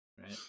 right